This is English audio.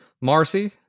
Marcy